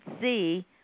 see